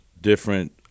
Different